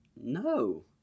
No